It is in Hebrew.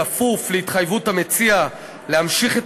בכפוף להתחייבות המציעים להמשיך את